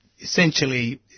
Essentially